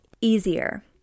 easier